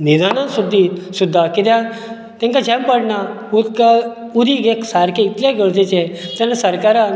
न्हिदनात सुद्दी सुद्दा कित्याक तेंका झेम पडना उदका उदीक एक सारकें इतले गरजेचें तेन्ना सरकारान